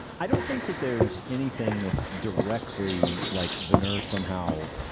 i don't think that there's anything that's directly, like veneur somehow.